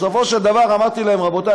בסופו של דבר אמרתי להם: רבותי,